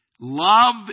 Love